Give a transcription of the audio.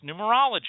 numerology